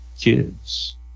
kids